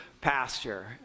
pasture